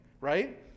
right